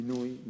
בינוי,